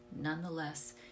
nonetheless